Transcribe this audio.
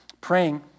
praying